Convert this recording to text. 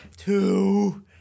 Two